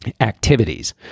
activities